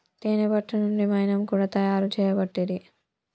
తేనే పట్టు నుండి మైనం కూడా తయారు చేయబట్టిరి